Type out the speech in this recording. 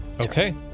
Okay